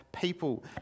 people